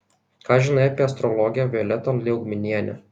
ką žinai apie astrologę violetą liaugminienę